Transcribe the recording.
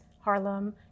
Harlem